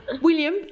William